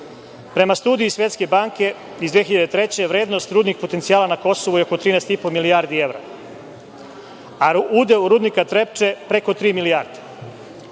studiji Svetske banke iz 2003. godine, vrednost rudnih potencijala na Kosovu je oko 13 i po milijardi evra, a udeo rudnika „Trepče“ preko tri milijarde.